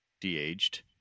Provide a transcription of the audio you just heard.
de-aged